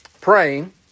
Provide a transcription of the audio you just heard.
praying